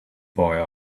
boy